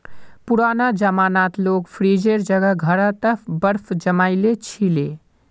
पुराना जमानात लोग फ्रिजेर जगह घड़ा त बर्फ जमइ ली छि ले